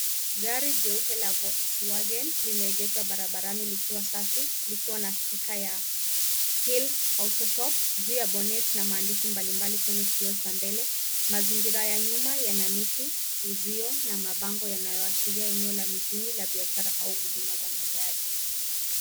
Gari jeupe la Volks Wage limeegeshwa barabarani likiwa safi likiwa na stika ya Hill Auto Shop juu ya boneti na maandishi mbalimbali kwenye kioo cha mbele, mazingira ya nyuma yana miti, uzio na mabango yanayoashiria eneo la mijini ya mabiashara au huduma za magari.